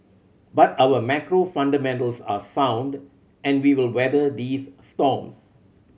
but our macro fundamentals are sound and we will weather these storms